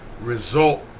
result